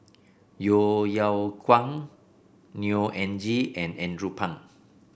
Yeo Yeow Kwang Neo Anngee and Andrew Phang